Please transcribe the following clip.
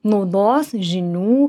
naudos žinių